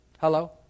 Hello